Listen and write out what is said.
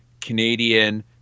Canadian